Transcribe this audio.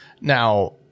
Now